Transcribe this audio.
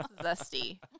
zesty